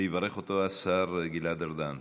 יברך אותו השר גלעד ארדן.